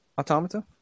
Automata